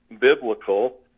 biblical